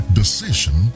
decision